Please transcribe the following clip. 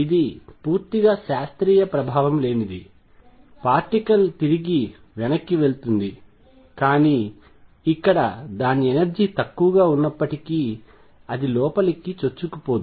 ఇది పూర్తిగా శాస్త్రీయ ప్రభావం లేనిది పార్టికల్ తిరిగి వెనక్కి వెళుతుంది కానీ ఇక్కడ దాని ఎనర్జీ తక్కువగా ఉన్నప్పటికీ అది లోపలికి చొచ్చుకుపోదు